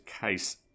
case